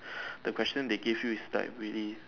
the question they gave you is like really